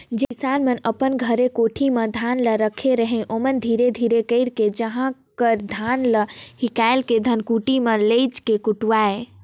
जेन किसान मन अपन घरे कोठी में धान ल राखे रहें ओमन धीरे धीरे कइरके उहां कर धान ल हिंकाएल के धनकुट्टी में लेइज के कुटवाएं